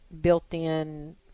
built-in